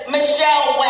Michelle